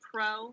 pro